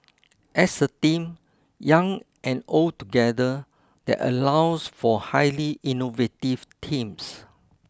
as a team young and old together that allows for highly innovative teams